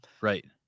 Right